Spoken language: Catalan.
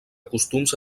costums